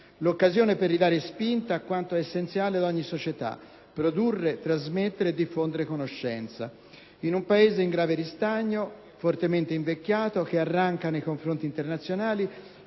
l'occasione per ridare spinta a quanto è essenziale ad ogni società: produrre, trasmettere e diffondere conoscenza. In un Paese in grave ristagno, fortemente invecchiato, che arranca nei confronti internazionali,